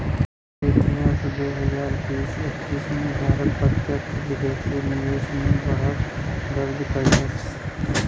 वित्त वर्ष दू हजार बीस एक्कीस में भारत प्रत्यक्ष विदेशी निवेश में बढ़त दर्ज कइलस